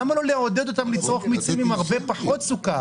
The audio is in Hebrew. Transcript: למה לא לעודד אותם לצרוך מיצים עם הרבה פחות סוכר?